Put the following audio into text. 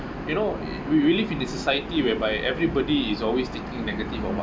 you know we we live in the society whereby everybody is always thinking negative about